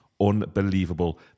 unbelievable